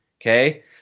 Okay